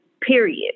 period